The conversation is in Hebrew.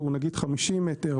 שהוא 50 מטר,